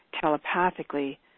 telepathically